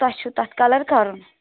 تۄہہِ چھُ تَتھ کَلَر کَرُن